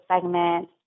segment